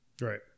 Right